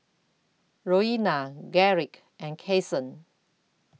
Roena Garrick and Kasen